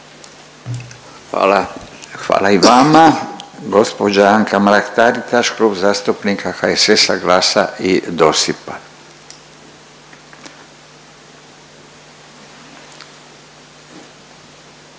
Hvala i vama. Gospođa Anka Mrak-Taritaš Klub zastupnika HSS-a, GLAS-a i DOSIP-a.